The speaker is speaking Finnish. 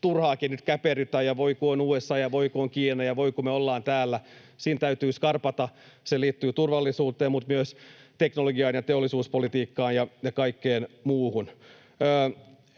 turhaankin nyt käperrytään ja sanotaan, että ”voi, kun on USA” ja ”voi, kun on Kiina” ja ”voi, kun me ollaan täällä”. Siinä täytyy skarpata. Se liittyy turvallisuuteen mutta myös teknologiaan ja teollisuuspolitiikkaan ja kaikkeen muuhun.